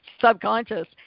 subconscious